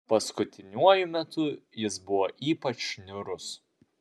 paskutiniuoju metu jis buvo ypač niūrus